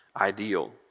ideal